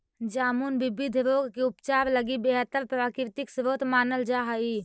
जामुन विविध रोग के उपचार लगी बेहतर प्राकृतिक स्रोत मानल जा हइ